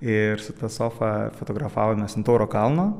ir su ta sofa fotografavomės ant tauro kalno